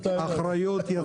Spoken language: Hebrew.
טוען